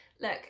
look